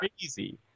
crazy